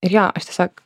ir jo aš tiesiog